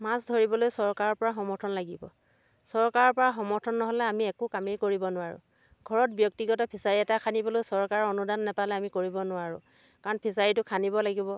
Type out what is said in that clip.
মাছ ধৰিবলৈ চৰকাৰৰ পৰা সমৰ্থন লাগিব চৰকাৰৰ পৰা সমৰ্থন নহ'লে আমি একো কামেই কৰিব নোৱাৰোঁ ঘৰত ব্য়ক্তিগত ফিচাৰী এটা খান্দিবলৈও চৰকাৰৰ অনুদান নাপালে আমি কৰিব নোৱাৰোঁ কাৰণ ফিচাৰীটো খান্দিব লাগিব